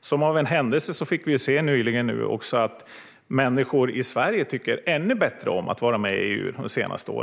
Som av en händelse fick vi nyligen se att människor i Sverige tycker ännu bättre om att vara med i EU nu, de senaste åren.